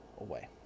away